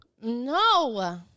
No